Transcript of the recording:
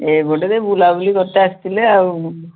ଏ ବିଲରେ ବୁଲା ବୁଲି କରତେ ଆସିଥିଲି ଆଉ